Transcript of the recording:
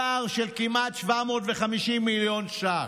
פער של כמעט 750 מיליון ש"ח.